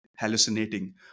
hallucinating